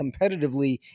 competitively